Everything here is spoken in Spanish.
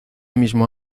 mismo